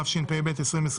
התשפ"ב 2022